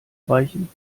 reichen